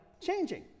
changing